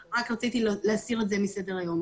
אני רק רציתי להסיר את זה מסדר היום.